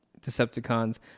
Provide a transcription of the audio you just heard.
Decepticons